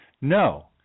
No